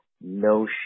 no